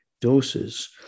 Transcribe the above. doses